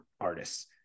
artists